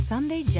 Sunday